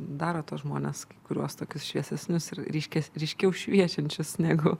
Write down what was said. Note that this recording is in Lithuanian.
daro tuos žmones kuriuos tokius šviesesnius ir ryškia ryškiau šviečiančius negu